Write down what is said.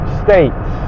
states